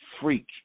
freak